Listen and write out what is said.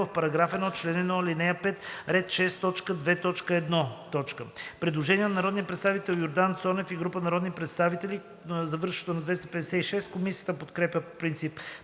в § 1, чл. 1, ал. 5, ред 6.2.1. Предложение на народния представител Йордан Цонев и група народни представители, завършващо на 256. Комисията подкрепя по принцип